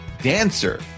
Dancer